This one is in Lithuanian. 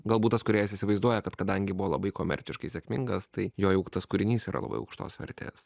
galbūt tas kūrėjas įsivaizduoja kad kadangi buvo labai komerciškai sėkmingas tai jog tas kūrinys yra labai aukštos vertės